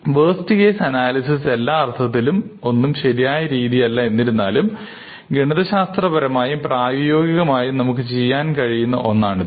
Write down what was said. waste case analysis എല്ലാ അർത്ഥത്തിലും ഒന്നും ശരിയായ രീതിയല്ല എന്നിരുന്നാലും ഗണിതശാസ്ത്രപരമായും പ്രായോഗികമായും നമുക്ക് ചെയ്യാൻ കഴിയുന്ന ഒന്നാണിത്